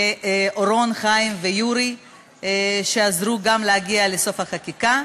לאורון, חיים ויורי, שעזרו גם להגיע לסוף החקיקה.